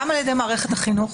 גם על ידי מערכת החינוך.